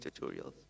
tutorials